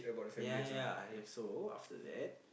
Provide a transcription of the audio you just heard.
ya ya ya so after that